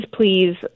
please